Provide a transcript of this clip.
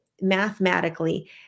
mathematically